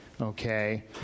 Okay